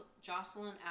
Jocelyn